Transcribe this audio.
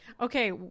Okay